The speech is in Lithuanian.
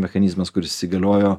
mechanizmas kuris įsigaliojo